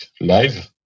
live